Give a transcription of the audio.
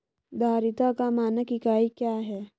धारिता का मानक इकाई क्या है?